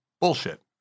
bullshit